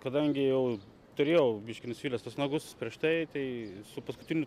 kadangi jau turėjau biškį nusvilęs tuos nagus prieš tai tai su paskutiniu